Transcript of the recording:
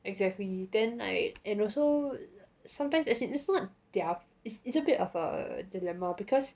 exactly then I and also sometimes as in it's not their is it's a bit of a dilemma because